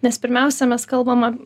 nes pirmiausia mes kalbame